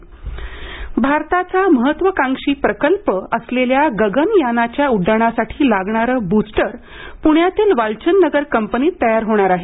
गगनयान भारताचा महत्वाकांक्षी प्रकल्प असलेल्या गगनयानाच्या उड्डाणासाठी लागणारं बूस्टर पुण्यातील वालचंदनगर कंपनीत तयार होणार आहे